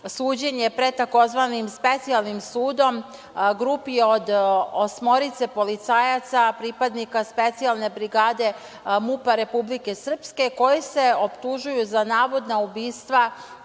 suđenje pred tzv. Specijalnim sudom grupi od osmorice policajaca pripadnika specijalne brigade MUP-a Republike Srpske koji se optužuju za navodna ubistva